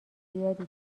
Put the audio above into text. زیادی